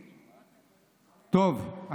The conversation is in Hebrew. טוב,